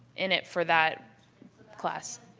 in it for that class.